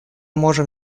можем